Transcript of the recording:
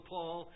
Paul